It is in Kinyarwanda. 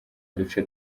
duce